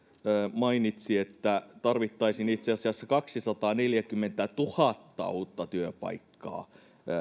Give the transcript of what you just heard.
mainitsi että tarvittaisiin itse asiassa kaksisataaneljäkymmentätuhatta uutta työpaikkaa